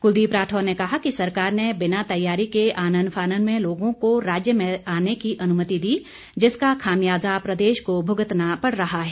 कुलदीप राठौर ने कहा कि सरकार ने बिना तैयारी के आनन फानन में लोगों को राज्य में आने की अनुमति दी जिसका खामियाजा प्रदेश को भुगतना पड़ रहा है